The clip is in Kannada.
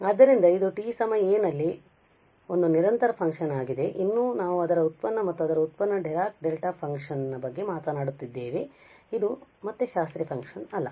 ಆದ್ದರಿಂದ ಇದು ಈ t a ನಲ್ಲಿ ಒಂದು ನಿರಂತರ ಫಂಕ್ಷನ್ ಆಗಿದೆ ಮತ್ತು ಇನ್ನೂ ನಾವು ಅದರ ವ್ಯುತ್ಪನ್ನ ಮತ್ತು ಅದರ ವ್ಯುತ್ಪನ್ನವು ಡಿರಾಕ್ ಡೆಲ್ಟಾ ಫಂಕ್ಷನ್ ಬಗ್ಗೆ ಮಾತನಾಡುತ್ತಿದ್ದೇವೆ ಇದು ಮತ್ತೆ ಶಾಸ್ತ್ರೀಯ ಫಂಕ್ಷನ್ ಅಲ್ಲ